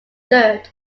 third